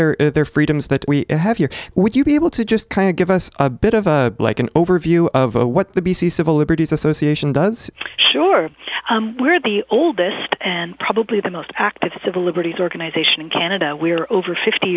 their their freedoms that we have here would you be able to just kind of give us a bit of a like an overview of what the b c civil liberties association does sure we're at the oldest and probably the most active civil liberties organization in canada we are over fifty